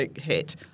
hit